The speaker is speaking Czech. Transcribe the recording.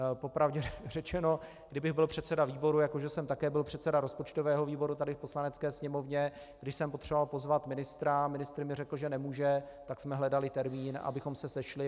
Po pravdě řečeno, kdybych byl předseda výboru, jako že jsem také byl předseda rozpočtového výboru tady v Poslanecké sněmovně, když jsem potřeboval pozvat ministra, ministr mi řekl, že nemůže, tak jsme hledali termín, abychom se sešli.